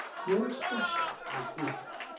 your expression is different.